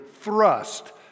thrust